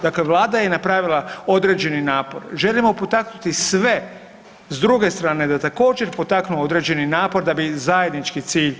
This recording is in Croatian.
Dakle, Vlada je napravila određeni napor, želimo potaknuti sve s druge strane da također potaknu određeni napor da bi zajednički cilj ostvarili.